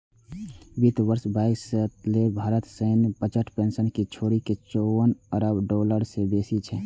वित्त वर्ष बाईस तेइस लेल भारतक सैन्य बजट पेंशन कें छोड़ि के चौवन अरब डॉलर सं बेसी छै